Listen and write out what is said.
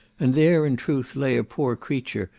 and there in truth lay a poor creature,